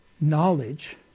knowledge